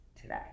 today